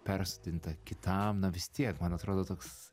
persodinta kitam na vis tiek man atrodo toks